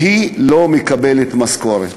והיא לא מקבלת משכורת.